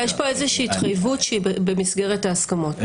יש פה איזושהי התחייבות שהיא במסגרת ההסכמות,